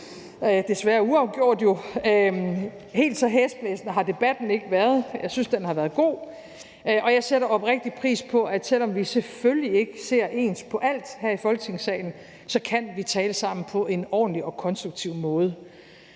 desværre uafgjort jo, og helt så hæsblæsende har debatten ikke været. Jeg synes, den har været god, og jeg sætter oprigtigt pris på, at selv om vi selvfølgelig ikke ser ens på alt her i Folketingssalen, kan vi tale sammen på en ordentlig og konstruktiv måde.